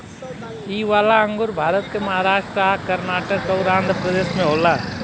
इ वाला अंगूर भारत के महाराष्ट् आ कर्नाटक अउर आँध्रप्रदेश में होला